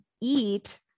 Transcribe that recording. eat